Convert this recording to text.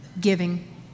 giving